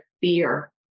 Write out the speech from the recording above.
fear